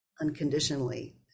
unconditionally